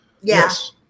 Yes